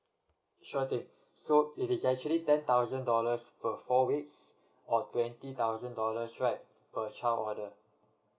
sure thing so it is actually ten thousand dollars per four weeks or twenty thousand dollars right per child order